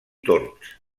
tords